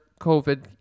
COVID